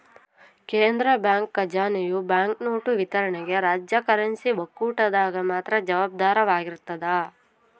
ಕೇಂದ್ರ ಬ್ಯಾಂಕ್ ಖಜಾನೆಯು ಬ್ಯಾಂಕ್ನೋಟು ವಿತರಣೆಗೆ ರಾಜ್ಯ ಕರೆನ್ಸಿ ಒಕ್ಕೂಟದಾಗ ಮಾತ್ರ ಜವಾಬ್ದಾರವಾಗಿರ್ತದ